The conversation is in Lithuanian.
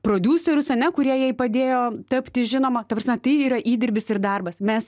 prodiuserius ane kurie jai padėjo tapti žinoma ta prasme tai yra įdirbis ir darbas mes